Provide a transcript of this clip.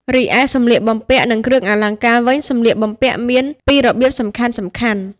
រីឯសម្លៀកបំពាក់ និងគ្រឿងអលង្ការវិញ សម្លៀកបំពាក់មាន ពីររបៀបសំខាន់ៗ ។